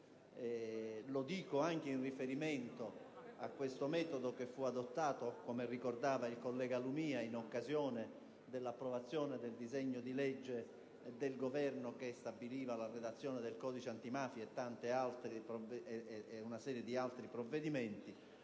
Lo dico anche in riferimento al metodo che fu adottato - come ricordava il collega Lumia - in occasione dell'approvazione del disegno di legge del Governo che stabiliva la redazione del codice antimafia e una serie di altre misure.